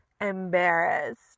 embarrassed